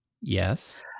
yes